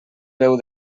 veu